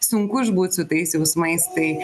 sunku išbūt su tais jausmais tai